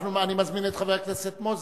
אנחנו נזמין את חבר הכנסת מנחם אליעזר מוזס,